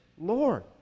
Lord